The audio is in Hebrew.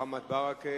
הכנסת מוחמד ברכה.